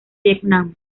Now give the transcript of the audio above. vietnam